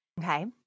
Okay